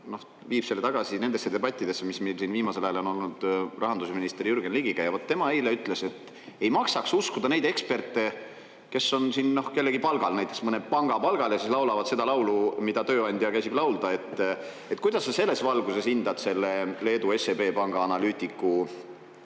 viib selle tagasi nendesse debattidesse, mis meil siin viimasel ajal on olnud rahandusminister Jürgen Ligiga. Vot tema eile ütles, et ei maksaks uskuda neid eksperte, kes on kellegi palgal, näiteks mõne panga palgal, ja siis laulavad seda laulu, mida tööandja käsib laulda. Kuidas sa selles valguses hindad selle Leedu SEB Panga analüütiku